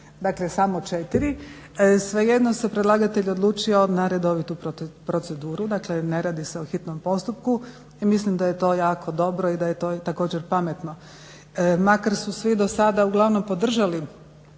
dakle samo četiri. Svejedno se predlagatelj odlučio na redovitu proceduru, dakle, ne radi se o hitnom postupku. I mislim da je to jako dobro i da je to i također pametno. Makar su svi do sada uglavnom podržali